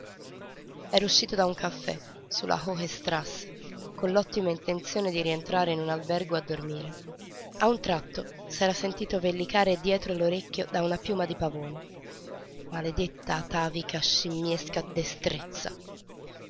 era uscito da un caffè su la hhe strasse con l'ottima intenzione di rientrare in albergo a dormire a un tratto s'era sentito vellicare dietro l'orecchio da una piuma di pavone maledetta atavica scimmiesca destrezza